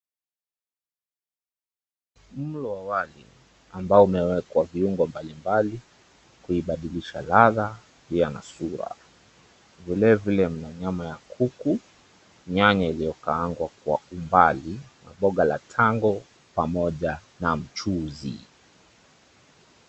Mlo wa wali ambao umewekwa viungo mbalimbali kuibadilisha ladha pia na sura. Vile vile mna nyama ya kuku, nyanya iliyokaangwa kwa umbali na mboga la tango pamoja na mchuzi.